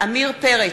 עמיר פרץ,